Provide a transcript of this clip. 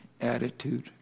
attitude